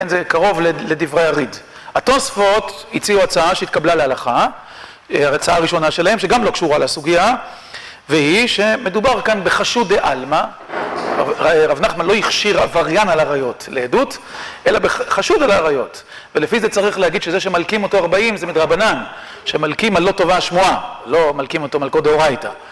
אין זה קרוב לדברי הריד. התוספות הציעו הצעה שהתקבלה להלכה, הצעה הראשונה שלהם, שגם לא קשורה לסוגיה, והיא שמדובר כאן בחשוד דעלמה, רב נחמן לא הכשיר עבריין על הראיות לעדות, אלא בחשוד על הרעיות. ולפי זה צריך להגיד שזה שמלכים אותו 40 זה מדרבנן, שמלכים על לא טובה השמועה, לא מלכים אותו מלכות דהורייתא.